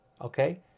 Okay